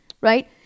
right